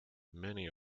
many